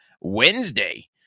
Wednesday